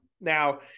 Now